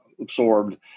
absorbed